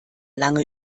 lange